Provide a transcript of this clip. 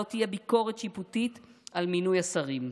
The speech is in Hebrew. לא תהיה ביקורת שיפוטית על מינוי השרים.